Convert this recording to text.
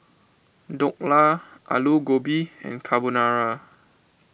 Dhokla Alu Gobi and Carbonara